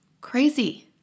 Crazy